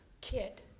Kit